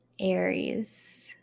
Aries